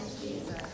Jesus